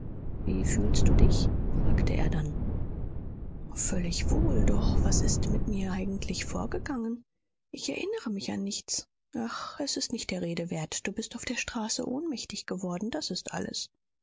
wie fühlst du dich fragte er dann völlig wohl doch was ist mit mir eigentlich vorgegangen ich erinnere mich an nichts ach es ist nicht der rede wert du bist auf der straße ohnmächtig geworden das ist alles